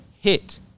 hit